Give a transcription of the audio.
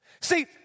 See